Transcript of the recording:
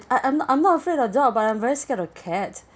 I I'm not I'm not afraid of dog but I'm very scared of cat